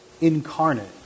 incarnate